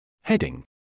Heading